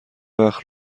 وقت